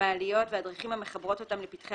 מעליות והדרכים המחברות אותם לפתחי